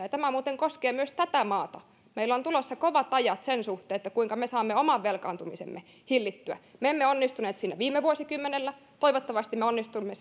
ja tämä muuten koskee myös tätä maata meillä on tulossa kovat ajat sen suhteen kuinka me saamme oman velkaantumisemme hillittyä me emme onnistuneet siinä viime vuosikymmenellä mutta toivottavasti me onnistumme